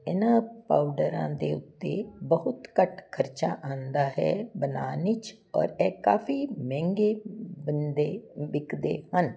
ਇਹਨਾਂ ਪਾਉਡਰਾਂ ਦੇ ਉੱਤੇ ਬਹੁਤ ਘੱਟ ਖਰਚਾ ਆਉਂਦਾ ਹੈ ਬਣਾਉਣ ਵਿੱਚ ਔਰ ਇਹ ਕਾਫੀ ਮਹਿੰਗੇ ਬਣਦੇ ਵਿਕਦੇ ਹਨ